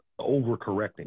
overcorrecting